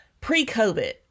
Pre-COVID